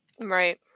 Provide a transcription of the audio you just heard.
Right